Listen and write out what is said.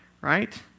Right